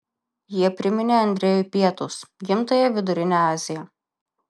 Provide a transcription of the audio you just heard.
jie priminė andrejui pietus gimtąją vidurinę aziją